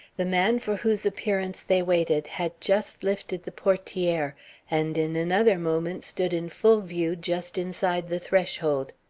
the man for whose appearance they waited had just lifted the portiere and in another moment stood in full view just inside the threshold.